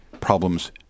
problems